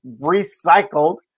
recycled